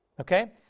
Okay